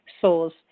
souls